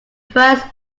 first